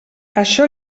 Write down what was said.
això